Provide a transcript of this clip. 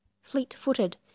fleet-footed